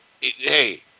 Hey